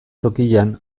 tokian